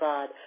God